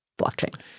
blockchain